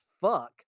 fuck